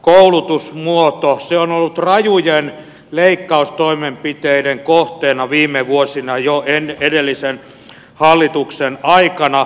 se on ollut rajujen leikkaustoimenpiteiden kohteena viime vuosina jo edellisen hallituksen aikana